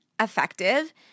effective